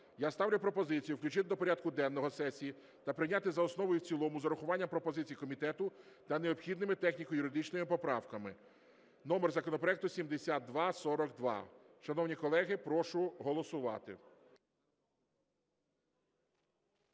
Я ставлю пропозицію включити до порядку денного сесії та прийняти за основу і в цілому з урахуванням пропозицій комітету та необхідними техніко-юридичними поправками. Номер законопроекту 7242. Шановні колеги, прошу голосувати.